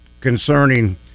concerning